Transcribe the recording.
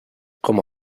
como